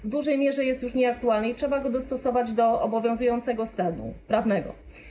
w dużej mierze jest już nieaktualny i trzeba go dostosować do obowiązującego stanu prawnego.